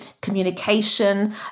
communication